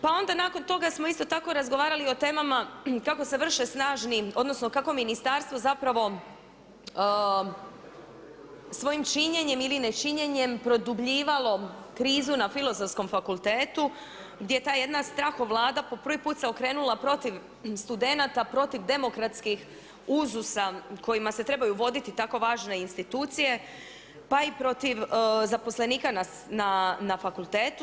Pa onda nakon toga smo isto tako razgovarali o temama kako se vrše snažni, odnosno kako ministarstvo zapravo svojim činjenjem ili nečinjenjem produbljivalo krizu na Filozofskom fakultetu gdje je ta jedna strahovlada po prvi put se okrenula protiv studenata, protiv demokratskih uzusa kojima se trebaju voditi tako važne institucije pa i protiv zaposlenika na fakultetu.